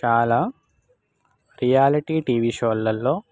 చాలా reality TV షోలల్లో